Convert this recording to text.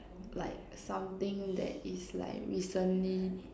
like something that is like recently